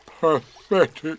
Pathetic